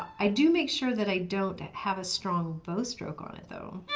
i do make sure that i don't have a strong bow stroke on it though.